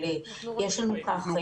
יש לנו ככה: